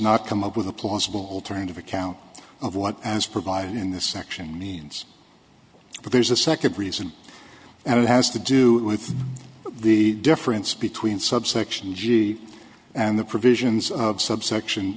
not come up with a plausible alternative account of what as provided in this section means but there's a second reason and it has to do with the difference between subsection g and the provisions of subsection